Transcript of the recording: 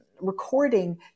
recording